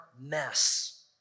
mess